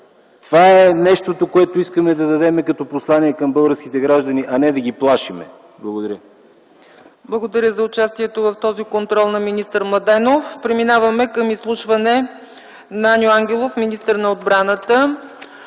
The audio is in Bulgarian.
Това е нещото, което искаме да дадем като послание към българските граждани, а не да ги плашим. Благодаря. ПРЕДСЕДАТЕЛ ЦЕЦКА ЦАЧЕВА: Благодаря за участието в този контрол на министър Младенов. Преминаваме към изслушване на Аню Ангелов – министър на отбраната.